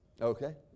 Okay